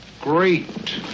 Great